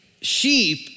sheep